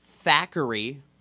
Thackeray